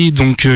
donc